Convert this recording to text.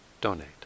donate